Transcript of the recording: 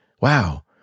Wow